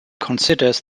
considers